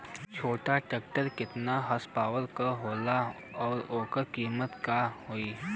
छोटा ट्रेक्टर केतने हॉर्सपावर के होला और ओकर कीमत का होई?